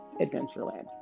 Adventureland